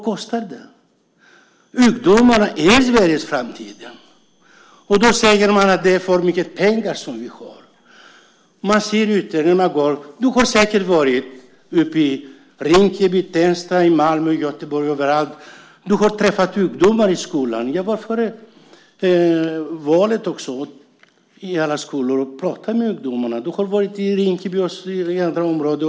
Ungdomarna är Sveriges framtid. Då säger man att det finns för mycket pengar. Statsrådet har säkert varit i Rinkeby, Tensta, Malmö och Göteborg. Du har träffat ungdomar i skolan före valet och pratat med dem. Du har varit i Rinkeby och andra områden.